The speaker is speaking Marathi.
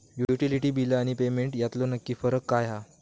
युटिलिटी बिला आणि पेमेंट यातलो नक्की फरक काय हा?